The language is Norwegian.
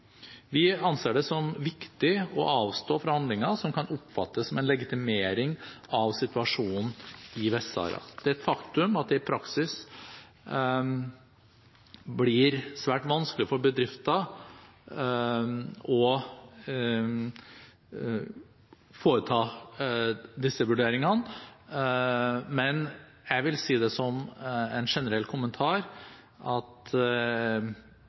Vi anser det som viktig å avstå fra handlinger som kan oppfattes som en legitimering av situasjonen i Vest-Sahara. Det er et faktum at det i praksis blir svært vanskelig for bedrifter å foreta disse vurderingene. Jeg vil si, som en generell kommentar, at